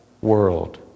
world